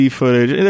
footage